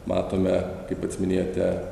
matome kaip pats minėjote